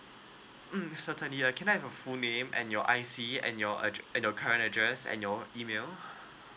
mm can I have your full name and your I_C and your and your current address and your email